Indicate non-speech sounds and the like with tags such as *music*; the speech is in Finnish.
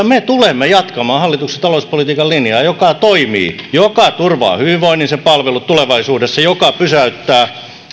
*unintelligible* me tulemme jatkamaan hallituksen talouspolitiikan linjaa joka toimii joka turvaa hyvinvoinnin sen palvelut tulevaisuudessa joka pysäyttää